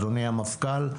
אדוני המפכ"ל,